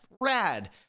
rad